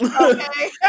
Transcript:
Okay